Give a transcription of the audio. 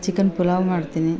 chicken pulao ಮಾಡ್ತೀನಿ